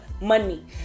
money